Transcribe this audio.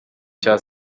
cya